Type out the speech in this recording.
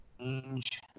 change